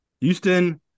Houston –